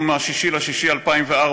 את החלטת הממשלה מיום 6 ביוני 2004,